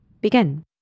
begin